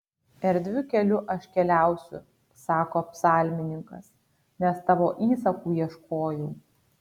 erdviu keliu aš keliausiu sako psalmininkas nes tavo įsakų ieškojau